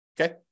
Okay